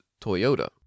Toyota